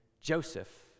Joseph